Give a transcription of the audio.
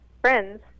friends